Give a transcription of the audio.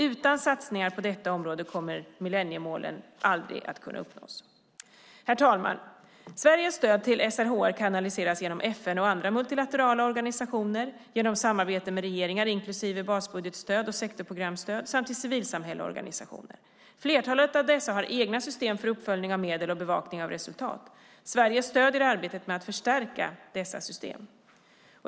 Utan satsningar på detta område kommer millenniemålen aldrig att kunna uppnås. Herr talman! Sveriges stöd till SRHR kanaliseras genom FN och andra multilaterala organisationer, genom samarbete med regeringar inklusive basbudgetstöd och sektorprogramstöd, samt till civilsamhällesorganisationer. Flertalet av dessa har egna system för uppföljning av medel och bevakning av resultat. Sverige stöder arbetet med att förstärka dessa system.